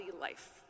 life